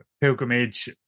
pilgrimage